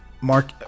Mark